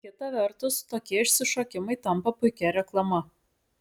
kita vertus tokie išsišokimai tampa puikia reklama